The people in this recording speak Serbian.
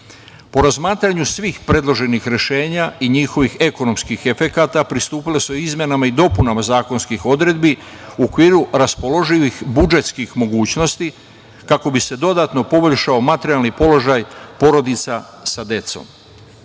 Po razmatranju svih predloženih rešenja i njihovih ekonomskih efekata pristupilo se izmenama i dopunama zakonskih odredbi u okviru raspoloživih budžetskih mogućnosti, kako bi se dodatno poboljšao materijalni položaj porodica sa